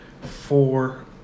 four